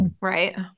right